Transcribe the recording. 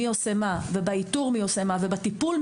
מי עושה מה בעניין האיתור ומי עושה מה בעניין הטיפול,